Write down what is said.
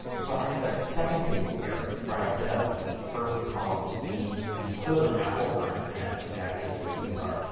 so i have a second table here where i have set up the first column to be the equivalent apple, orange, banana exactly as these are.